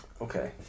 Okay